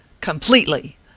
Completely